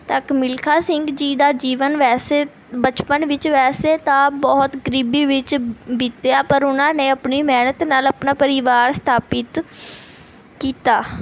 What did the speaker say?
ਤੱਕ ਮਿਲਖਾ ਸਿੰਘ ਜੀ ਦਾ ਜੀਵਨ ਵੈਸੇ ਬਚਪਨ ਵਿੱਚ ਵੈਸੇ ਤਾਂ ਬਹੁਤ ਗਰੀਬੀ ਵਿੱਚ ਬੀਤਿਆ ਪਰ ਉਹਨਾਂ ਨੇ ਆਪਣੀ ਮਿਹਨਤ ਨਾਲ ਆਪਣਾ ਪਰਿਵਾਰ ਸਥਾਪਿਤ ਕੀਤਾ